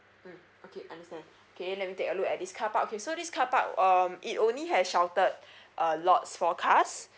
mm okay understand okay let me take a look at this carpark okay so this carpark um it only had sheltered uh lots for cars